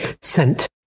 sent